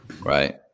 Right